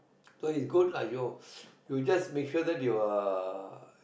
so it's good lah you you just make sure that you are